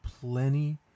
plenty